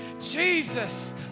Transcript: Jesus